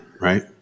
Right